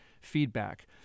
feedback